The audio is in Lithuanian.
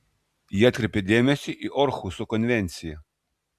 ji atkreipia dėmesį į orhuso konvenciją